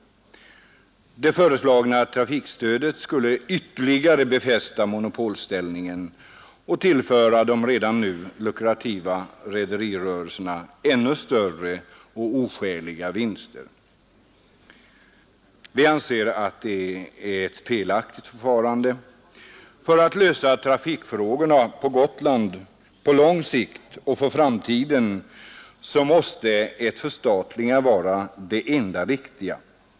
Det föreslagna trafikstödet skulle ytterligare befästa denna monopolställning och tillföra de redan nu lukrativa rederirörelserna ännu större, oskäliga vinster. Vi anser att det är ett felaktigt förfarande. För att lösa trafikfrågorna för Gotland på lång sikt och för framtiden måste ett förstatligande vara det enda riktiga.